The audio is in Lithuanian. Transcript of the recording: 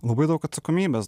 labai daug atsakomybės